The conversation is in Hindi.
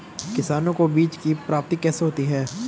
किसानों को बीज की प्राप्ति कैसे होती है?